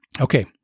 Okay